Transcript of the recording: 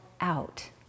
out